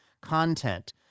content